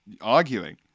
arguing